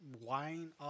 Wine